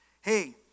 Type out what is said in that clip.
hey